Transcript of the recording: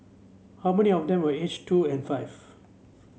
how many of them were aged two and five